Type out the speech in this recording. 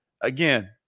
again